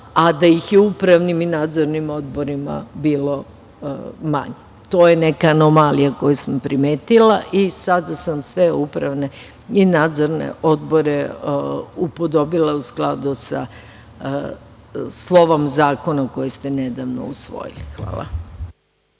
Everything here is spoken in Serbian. a da ih je u upravnim i nadzornim odborima bilo manje. To je neka anomalija koju sam primetila. Sada sam sve upravne i nadzorne odbore upodobila u skladu sa slovom zakona koji ste nedavno usvojili. Hvala.